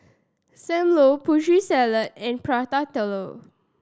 Sam Lau Putri Salad and Prata Telur